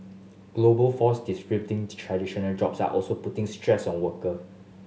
global force traditional jobs are also putting stress on worker